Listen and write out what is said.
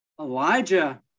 Elijah